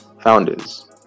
founders